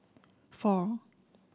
four